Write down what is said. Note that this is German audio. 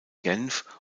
genf